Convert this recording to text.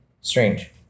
strange